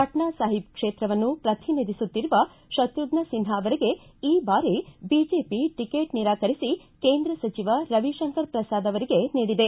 ಪಾಟ್ನಾ ಸಾಹೀಬ ಕ್ಷೇತ್ರವನ್ನು ಪ್ರತಿನಿಧಿಸುತ್ತಿರುವ ಶತ್ರುಷ್ನ ಸಿನ್ಹಾ ಅವರಿಗೆ ಈ ಬಾರಿ ಬಿಜೆಪಿ ಟಿಕೆಟ್ ನಿರಾಕರಿಸಿ ಕೇಂದ್ರ ಸಚಿವ ರವಿಶಂಕರ ಪ್ರಸಾದ ಅವರಿಗೆ ನೀಡಿದೆ